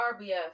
RBF